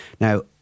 Now